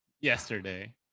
yesterday